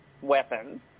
weapon